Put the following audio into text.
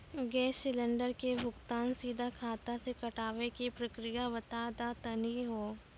Gas cylinder के भुगतान सीधा खाता से कटावे के प्रक्रिया बता दा तनी हो?